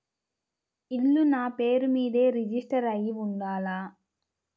ఇల్లు నాపేరు మీదే రిజిస్టర్ అయ్యి ఉండాల?